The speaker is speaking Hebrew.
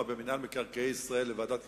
במינהל מקרקעי ישראל לוועדת הכלכלה,